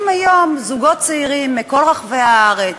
להביא היום זוגות צעירים מכל רחבי הארץ,